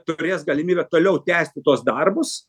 turės galimybę toliau tęsti tuos darbus